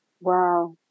Wow